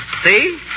See